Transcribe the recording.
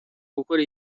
gukora